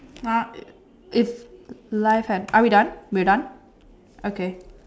uh it's life and are we done we're done okay